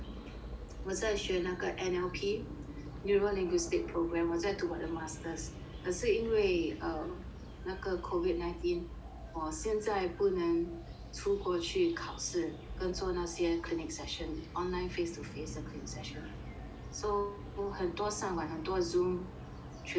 我在学那个 N_L_P neurolinguistic programme 我在读我的 masters 可是因为 um 那个 COVID nineteen 我现在不能出国去考试跟做那些 clinic session online face to face 的 clinic session so 很多上网很多 Zoom training